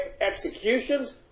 executions